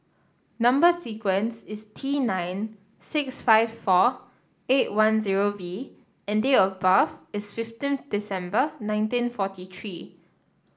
number sequence is T nine six five four eight one zero V and date of birth is fifteen December nineteen forty three